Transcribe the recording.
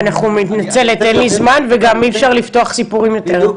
אני מתנצלת אין לי זמן וגם אי אפשר לפתוח סיפורים יותר.